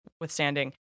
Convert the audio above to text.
withstanding